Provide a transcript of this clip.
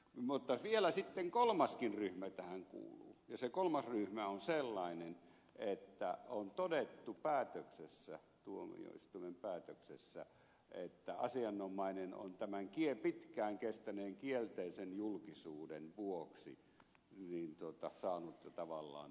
mutta vielä sitten kolmaskin ryhmä tähän kuuluu ja se kolmas ryhmä on sellainen että on todettu tuomioistuimen päätöksessä että asianomainen on tämän pitkään kestäneen kielteisen julkisuuden vuoksi saanut tavallaan tuomionsa